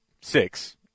six